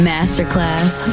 Masterclass